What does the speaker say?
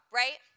right